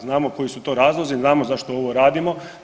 Znamo koji su to razlozi, znamo zašto ovo radimo.